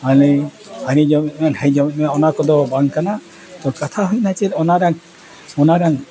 ᱢᱟᱱᱮ ᱦᱟᱹᱱᱤ ᱡᱚᱢᱮᱜ ᱢᱮᱭᱟᱭ ᱱᱟᱹᱭ ᱢᱮᱢᱮᱜ ᱢᱮᱭᱟᱭ ᱚᱱᱟ ᱠᱚᱫᱚ ᱵᱟᱝ ᱠᱟᱱᱟ ᱛᱚ ᱠᱟᱛᱷᱟ ᱦᱩᱭᱱᱟ ᱪᱮᱫ ᱚᱱᱟᱨᱮᱭᱟᱝ ᱚᱱᱟᱨᱮᱭᱟᱝ